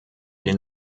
den